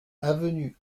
avenue